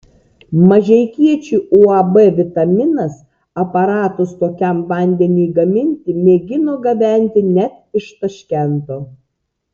mažeikiečių uab vitaminas aparatus tokiam vandeniui gaminti mėgino gabenti net iš taškento